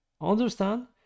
understand